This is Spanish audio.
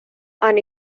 han